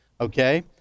okay